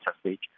stage